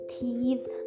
teeth